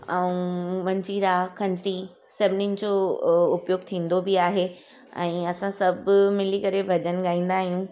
ऐं मंजीरा खंजरी सभिनीनि जो अ उपयोगु थींदो बि आहे ऐं असां सभु मिली करे भॼन ॻाईंदा आहियूं